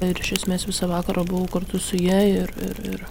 ir iš esmės visą vakarą buvau kartu su ja ir ir ir